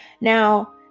Now